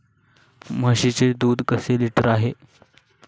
म्हशीचे दूध कसे लिटर आहे?